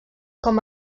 com